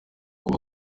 kuko